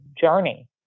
journey